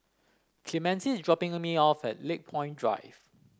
Clemente is dropping me off at Lakepoint Drive